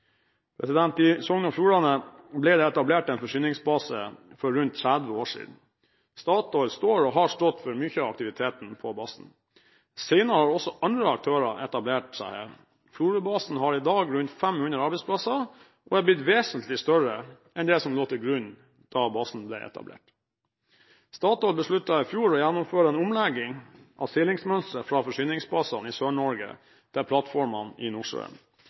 I Sogn og Fjordane ble det etablert en forsyningsbase for rundt 30 år siden. Statoil står og har stått for mye av aktiviteten på basen. Senere har også andre aktører etablert seg her. Florabasen har i dag rundt 500 arbeidsplasser og har blitt vesentlig større enn det som lå til grunn da basen ble etablert. Statoil besluttet i fjor å gjennomføre en omlegging av seilingsmønsteret fra forsyningsbasene i Sør-Norge til plattformene i Nordsjøen.